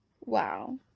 Wow